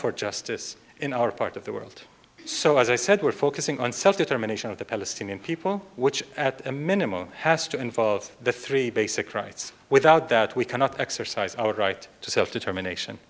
for justice in our part of the world so as i said we're focusing on self determination of the palestinian people which at a minimum has to involve the three basic rights without that we cannot exercise our right to self determination